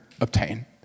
obtain